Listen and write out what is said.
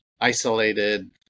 isolated